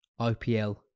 IPL